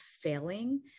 failing